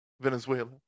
Venezuela